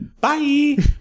Bye